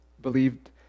believed